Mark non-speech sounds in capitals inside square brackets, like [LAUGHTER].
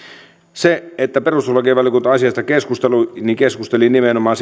perustuslakivaliokunta on asiasta keskustellut keskusteli nimenomaan [UNINTELLIGIBLE]